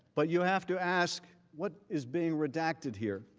but, you have to ask what is being redacted here?